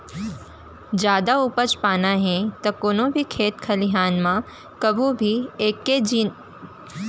जादा उपज पाना हे त कोनो भी खेत खलिहान म कभू भी एके किसम के जिनिस नइ लेना चाही